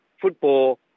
football